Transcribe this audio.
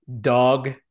dog